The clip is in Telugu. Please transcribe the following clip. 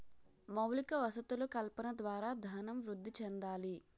మౌలిక వసతులు కల్పన ద్వారా ధనం వృద్ధి చెందాలి